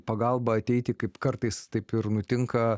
pagalbą ateiti kaip kartais taip ir nutinka